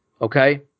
Okay